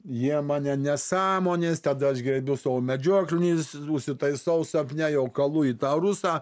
jie mane nesąmonės tada aš gerbiu savo medžioklinį si užsitaisau sapne jau kalu į tą rusą